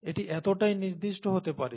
এটি এতটাই নির্দিষ্ট হতে পারে